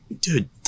dude